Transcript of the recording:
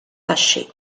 taxxi